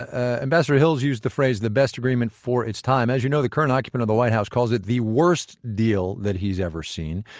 ambassador hills used the phrase the best agreement for its time. as you know, the current occupant of the white house calls it the worst deal that he's ever seen.